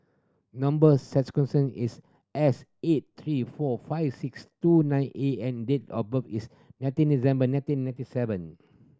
number is S eight three four five six two nine A and date of birth is nineteen December nineteen ninety seven